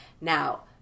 Now